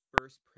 first